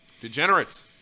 Degenerates